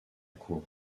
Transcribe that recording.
cour